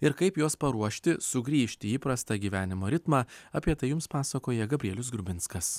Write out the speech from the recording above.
ir kaip juos paruošti sugrįžti į įprastą gyvenimo ritmą apie tai jums pasakoja gabrielius grubinskas